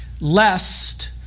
Lest